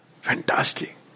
Fantastic